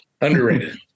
Underrated